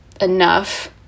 enough